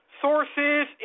Sources